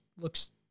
looks